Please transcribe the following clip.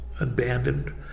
abandoned